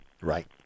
Right